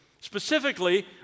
Specifically